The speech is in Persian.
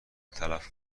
تلف